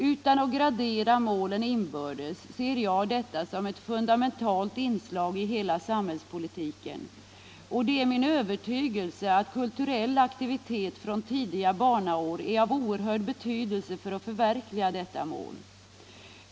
Utan att gradera målen inbördes finner jag detta vara ett fundamentalt inslag i hela samhällspolitiken, och det är min övertygelse att kulturell aktivitet från tidiga barnaår är av oerhörd betydelse för att förverkliga detta mål.